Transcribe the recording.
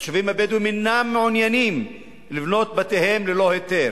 התושבים הבדואים אינם מעוניינים לבנות את בתיהם ללא היתר.